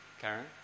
Karen